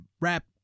rap